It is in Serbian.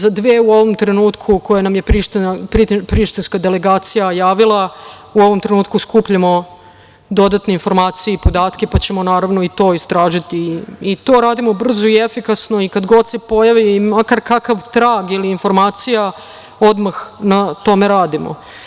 Za dve koje nam je u ovom trenutku Prištinska delegacija javila u ovom trenutku skupljamo dodatne informacije i podatke pa ćemo naravno i to istražiti i to radimo brzo i efikasno i kada god se pojavi makar kakav trag ili informacija odmah na tome radimo.